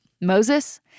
Moses